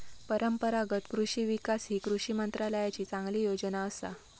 परंपरागत कृषि विकास ही कृषी मंत्रालयाची चांगली योजना असा